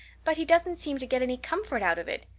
but he doesn't seem to get any comfort out of it.